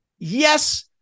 yes